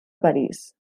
parís